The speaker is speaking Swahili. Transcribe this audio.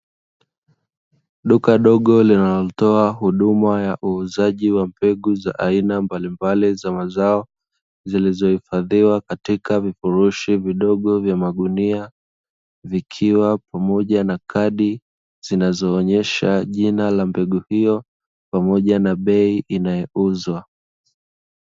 Duka dogo linalotoa huduma ya uuzaji wa mbegu za aina mbalimbali za mazao, zilizohifadhiwa katika vifurushi vidogo vya magunia, vikiwa pamoja na kadi zinazoonyesha jina la mbegu hiyo, pamoja na bei inayouzwa.